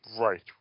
right